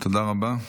תודה רבה.